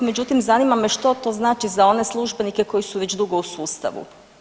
Međutim, zanima me što to znači za one službenike koji su već dugo u sustavu?